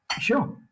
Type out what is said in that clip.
Sure